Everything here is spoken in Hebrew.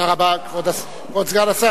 תודה, כבוד סגן השר.